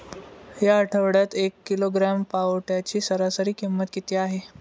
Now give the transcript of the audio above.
या आठवड्यात एक किलोग्रॅम पावट्याची सरासरी किंमत किती आहे?